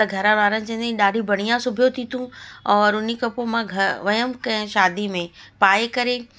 त घर वारा चवंदा आहिनि ॾाढी बढ़िया सिबियो अथई तूं और उन खां पोइ मां घ वयमि कंहिं शादी में उहो पाए करे